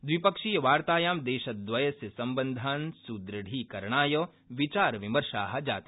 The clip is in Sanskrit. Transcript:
द्विपक्षीयवार्तायां दर्याद्वियस्य सम्बन्धान् सुद्रढीकरणाय विचारविमर्शा जाता